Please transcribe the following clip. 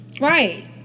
Right